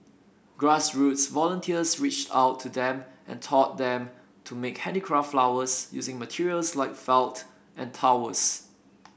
grass roots volunteers reached out to them and taught them to make handicraft flowers using materials like felt and towels